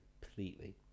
completely